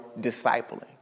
discipling